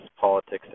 politics